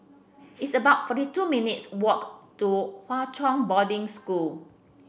it's about forty two minutes walk to Hwa Chong Boarding School